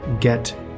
get